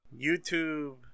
YouTube